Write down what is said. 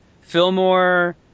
Fillmore